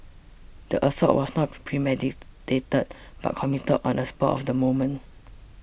the assault was not premeditated but committed on a spur of the moment